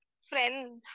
Friends